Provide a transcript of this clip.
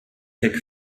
heck